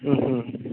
ହୁଁ ହୁଁ